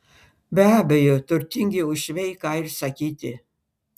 be abejo turtingi uošviai ką ir sakyti